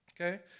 okay